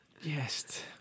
Yes